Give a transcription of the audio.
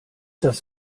das